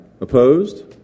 Opposed